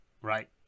right